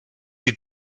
die